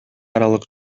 аралык